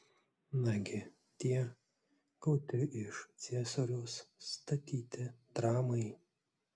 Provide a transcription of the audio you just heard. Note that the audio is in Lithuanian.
nagi tie gauti iš ciesoriaus statyti dramai